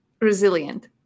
Resilient